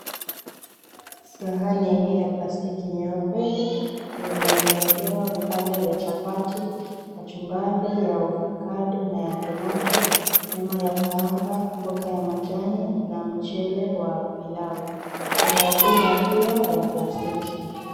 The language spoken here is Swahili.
Sahani hii ya plastiki nyeupe imeekewa vipande vya chapati, kachumbari ya ovacado na tomato , nyama ya kukaanga, mboga ya majani na mchele wa pilau kuna uma pia ya plastiki.